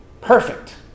perfect